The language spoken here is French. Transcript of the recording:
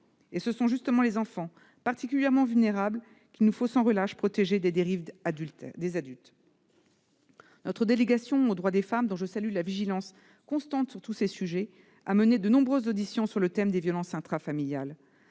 Or ce sont justement les enfants, particulièrement vulnérables, qu'il nous faut sans relâche protéger des dérives des adultes. Notre délégation aux droits des femmes, dont je salue la vigilance constante sur tous ces sujets, a mené de nombreuses auditions sur le thème des violences intrafamiliales.